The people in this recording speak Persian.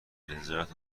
رضایت